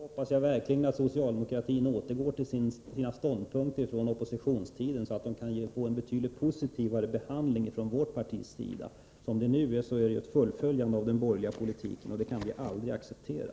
Herr talman! Då hoppas jag verkligen att socialdemokratin återgår till sina ståndpunkter från oppositionstiden, så att förslagen kan få en betydligt positivare behandling från vårt partis sida. Som det nu är innebär regeringspolitiken ett fullföljande av den borgerliga politiken — och det kan vi aldrig acceptera.